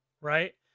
right